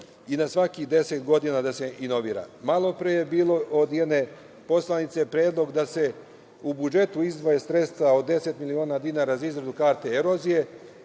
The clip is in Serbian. i na svakih deset godina da se inovira. Malopre je bio od jedne poslanice predlog da se u budžetu izdvoje sredstva od deset miliona dinara za izradu karte erozije,